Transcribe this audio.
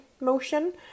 motion